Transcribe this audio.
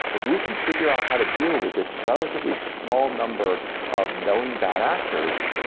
if we can figure out how to deal with this relatively small number of knowing bad actors,